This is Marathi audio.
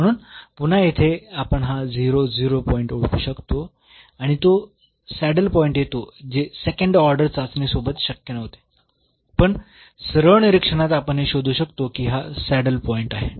म्हणून पुन्हा येथे आपण हा पॉईंट ओळखू शकतो आणि तो सॅडल पॉईंट येतो आणि जे सेकंड ऑर्डर चाचणी सोबत शक्य नव्हते पण सरळ निरीक्षणात आपण हे शोधू शकतो की हा सॅडल पॉईंट आहे